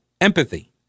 empathy